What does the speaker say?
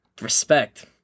Respect